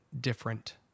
different